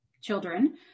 children